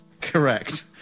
Correct